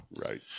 Right